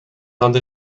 nad